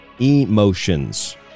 emotions